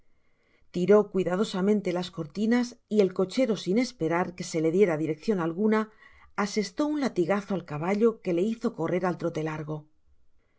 tiró cuidadosamente las cortinas y el cochero sin esperar que se le diera direccion alguna acestó un latigazo al caballo que le hizo correr al trote largo la